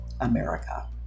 America